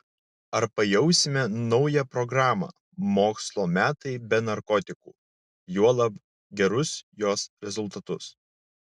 ar pajausime naują programą mokslo metai be narkotikų juolab gerus jos rezultatus